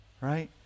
right